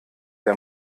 der